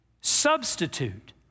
substitute